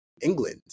england